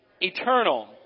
Eternal